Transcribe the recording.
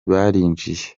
barinjiye